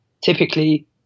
typically